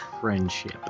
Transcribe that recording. friendship